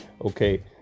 Okay